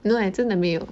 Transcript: no eh 真的没有